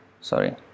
sorry